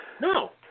No